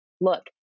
look